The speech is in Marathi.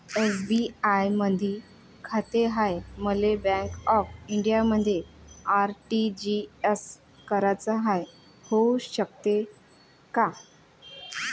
एस.बी.आय मधी खाते हाय, मले बँक ऑफ इंडियामध्ये आर.टी.जी.एस कराच हाय, होऊ शकते का?